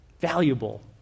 valuable